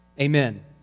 Amen